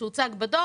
מספר שהוצג בדוח,